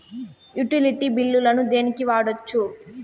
Utility బిల్లులను దేనికి వాడొచ్చు?